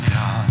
God